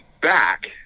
back